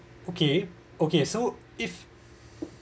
okay okay so if